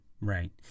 Right